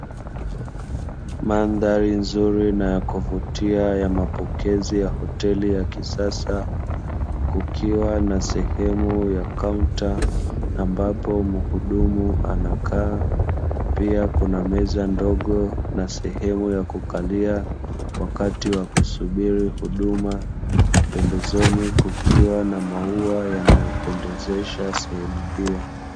Mandhari nzuri na yakuvututia ya mapokezi ya hoteli ya kisasa, kukiwa na sehemu ya kaunta ambapo mhudumu anakaa, pia kuna meza ndogo na sehemu ya kukalia wakati wa kusubiri huduma, pembezoni kukiwa na maua yanayopendezesha sehemu hiyo.